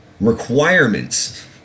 requirements